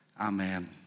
Amen